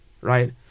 Right